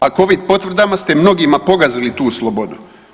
A Covid potvrdama ste mnogima pogazili tu slobodu.